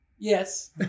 yes